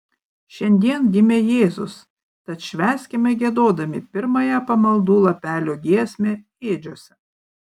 šiandien gimė jėzus tad švęskime giedodami pirmąją pamaldų lapelio giesmę ėdžiose